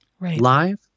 live